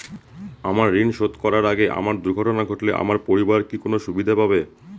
আমার ঋণ শোধ করার আগে আমার দুর্ঘটনা ঘটলে আমার পরিবার কি কোনো সুবিধে পাবে?